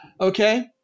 Okay